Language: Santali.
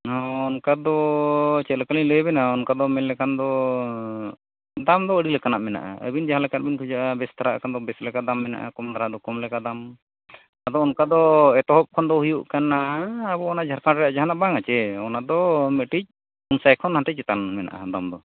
ᱦᱚᱸ ᱚᱱᱠᱟ ᱫᱚ ᱪᱮᱫ ᱞᱮᱠᱟ ᱞᱤᱧ ᱞᱟᱹᱭᱟᱵᱮᱱᱟ ᱚᱱᱠᱟ ᱫᱚ ᱢᱮᱱ ᱞᱮᱠᱷᱟᱱ ᱫᱚ ᱫᱟᱢ ᱫᱚ ᱟᱹᱰᱤ ᱞᱮᱠᱟᱱᱟᱜ ᱢᱮᱱᱟᱜᱼᱟ ᱟᱹᱵᱤᱱ ᱡᱟᱦᱟᱸ ᱞᱮᱠᱟᱱᱟᱜ ᱵᱮᱱ ᱠᱷᱚᱡᱚᱜᱼᱟ ᱵᱮᱥᱫᱷᱟᱨᱟᱣᱟᱜ ᱠᱷᱟᱱ ᱫᱚ ᱵᱮᱥ ᱞᱮᱠᱟ ᱫᱟᱢ ᱢᱮᱱᱟᱜᱼᱟ ᱠᱚᱢ ᱫᱷᱟᱨᱟ ᱫᱚ ᱠᱚᱢ ᱞᱮᱠᱟ ᱫᱟᱢ ᱟᱫᱚ ᱚᱱᱠᱟ ᱫᱚ ᱮᱛᱚᱦᱚᱵ ᱠᱷᱚᱱ ᱫᱚ ᱦᱩᱭᱩᱜ ᱠᱟᱱᱟ ᱟᱵᱚ ᱚᱱᱟ ᱡᱷᱟᱲᱠᱷᱚᱸᱰ ᱨᱮᱭᱟᱜ ᱡᱟᱦᱟᱱᱟᱜ ᱵᱟᱝᱼᱟ ᱪᱮ ᱚᱱᱟ ᱫᱚ ᱢᱤᱫᱴᱤᱡ ᱯᱩᱱᱥᱟᱭ ᱠᱷᱚᱱ ᱦᱟᱱᱛᱮ ᱪᱮᱴᱟᱱ ᱢᱮᱱᱟᱜᱼᱟ ᱫᱟᱢ ᱫᱚ